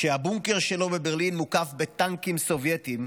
כשהבונקר שלו בברלין מוקף בטנקים סובייטיים,